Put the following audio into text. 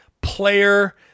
player